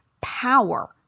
power